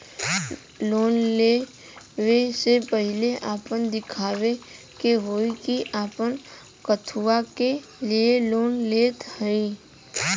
Loan ले वे से पहिले आपन दिखावे के होई कि आप कथुआ के लिए लोन लेत हईन?